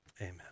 Amen